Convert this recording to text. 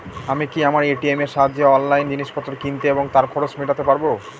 আমি কি আমার এ.টি.এম এর সাহায্যে অনলাইন জিনিসপত্র কিনতে এবং তার খরচ মেটাতে পারব?